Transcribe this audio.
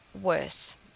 worse